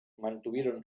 mantuvieron